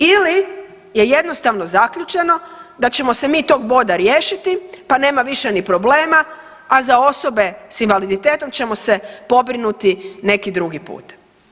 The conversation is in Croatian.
Ili je jednostavno zaključeno da ćemo se mi tog boda riješiti pa nema više ni problema, a za osobe s invaliditetom ćemo se pobrinuti neki drugi put.